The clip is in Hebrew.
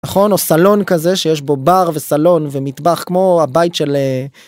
נכון או סלון כזה שיש בו בר וסלון ומטבח כמו הבית של.